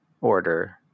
order